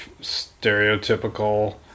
stereotypical